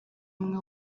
umwe